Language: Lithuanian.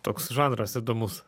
toks žanras įdomus